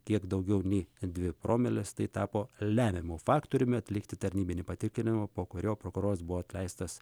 kiek daugiau nei dvi promiles tai tapo lemiamu faktoriumi atlikti tarnybinį patikrinimą po kurio prokuroras buvo atleistas